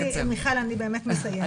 מיכל, אני באמת מסיימת.